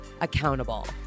accountable